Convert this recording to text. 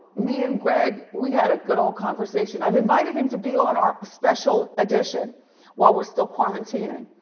me and greg, we had a good old conversation. i've invited him to be on our special edition while we're still quarantining.